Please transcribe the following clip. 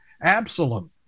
Absalom